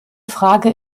frage